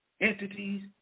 entities